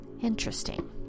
Interesting